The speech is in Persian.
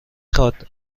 خواد